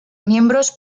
miembros